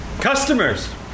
Customers